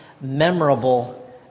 memorable